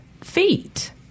feet